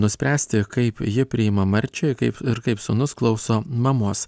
nuspręsti kaip ji priima marčią kaip ir kaip sūnus klauso mamos